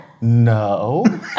No